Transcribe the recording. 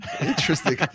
Interesting